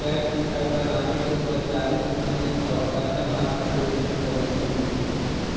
कैशमिठाई बनावे के स्वचालित मशीन और कच्चा माल खातिर ऋण कइसे मिली?